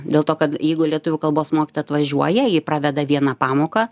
dėl to kad jeigu lietuvių kalbos mokytoja atvažiuoja ji praveda vieną pamoką